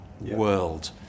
world